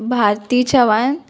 भारती चवान